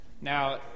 Now